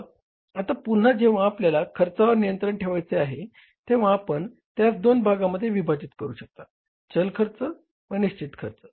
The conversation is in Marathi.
मग आता पुन्हा जेंव्हा आपल्याला खर्चावर नियंत्रण ठेवायचे आहे तेंव्हा आपण त्यास दोन भागामध्ये विभाजित करू शकता चल खर्च व निश्चित खर्च